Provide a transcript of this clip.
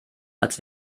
als